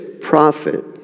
prophet